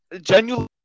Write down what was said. genuinely